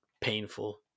painful